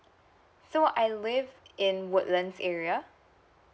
so I live in woodlands area